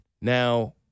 Now